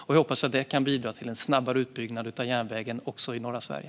Jag hoppas att det kan bidra till snabbare utbyggnad av järnvägen också i norra Sverige.